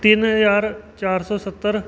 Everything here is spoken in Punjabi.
ਤਿੰਨ ਹਜ਼ਾਰ ਚਾਰ ਸੌ ਸੱਤਰ